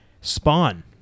Spawn